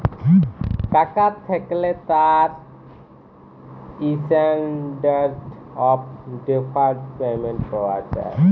টাকা থ্যাকলে তার ইসট্যানডারড অফ ডেফারড পেমেন্ট পাওয়া যায়